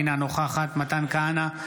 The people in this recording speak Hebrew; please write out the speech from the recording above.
אינה נוכחת מתן כהנא,